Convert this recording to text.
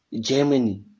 Germany